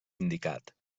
indicat